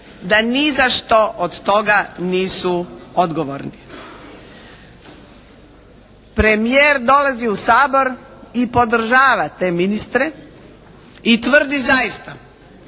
da nizašto od toga nisu odgovorni. Premijer dolazi u Sabor i podržava te ministre i tvrdi zaista